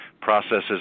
processes